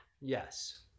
yes